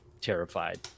terrified